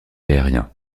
aérien